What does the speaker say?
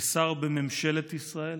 כשר בממשלת ישראל,